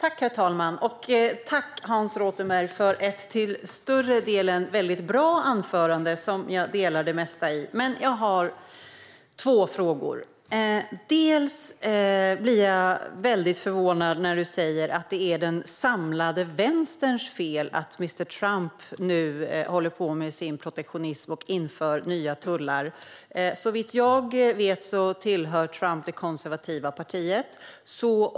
Herr talman! Jag tackar Hans Rothenberg för ett till större delen väldigt bra anförande som jag delar det mesta i. Jag har dock två frågor. Jag blir väldigt förvånad när Hans Rothenberg säger att det är den samlade vänsterns fel att mr Trump nu håller på med sin protektionism och inför nya tullar. Såvitt jag vet tillhör Trump det konservativa partiet.